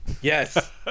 Yes